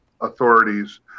authorities